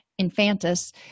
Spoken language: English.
infantis